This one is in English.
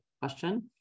question